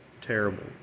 terrible